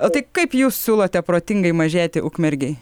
tai kaip jūs siūlote protingai mažėti ukmergėj